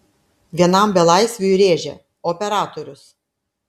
vienam belaisviui rėžia operatorius